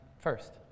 first